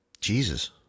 Jesus